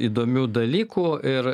įdomių dalykų ir